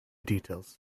details